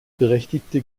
berechtigte